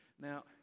now